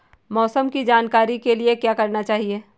मौसम की जानकारी के लिए क्या करना चाहिए?